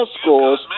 scores